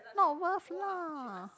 not worth lah